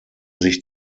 sich